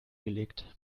gelegt